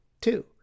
Two